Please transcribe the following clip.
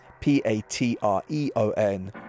p-a-t-r-e-o-n